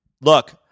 Look